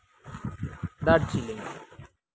Darjeeling